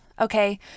okay